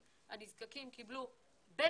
אתן סקירה קצרה ואז תוכל לתת את המקום